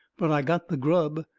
but i got the grub.